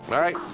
all right.